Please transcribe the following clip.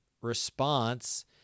response